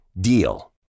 DEAL